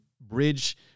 bridge